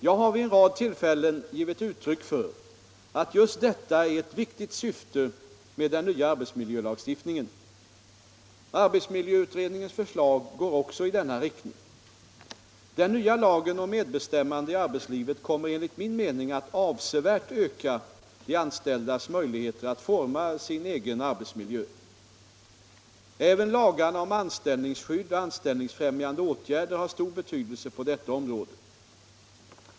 Jag har vid en rad tillfällen givit uttryck för att just detta är ett viktigt syfte med den nya arbetsmiljölagstiftningen. Arbetsmiljöutredningens förslag går också i denna riktning. Den nya lagen om medbestämmande i arbetslivet kommer enligt min mening att avsevärt öka de anställdas möjligheter att forma sin egen arbetsmiljö. Även lagarna om anställningsskydd och anställningsfrämjande åtgärder har stor betydelse på detta område.